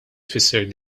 tfisser